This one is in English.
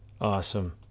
awesome